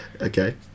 Okay